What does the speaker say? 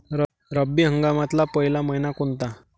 रब्बी हंगामातला पयला मइना कोनता?